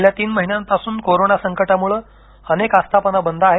गेल्या तीन महिन्यांपासून कोरोना संकटामुळे अनेक आस्थापना बंद आहेत